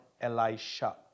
Elisha